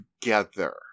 together